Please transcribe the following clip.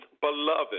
beloved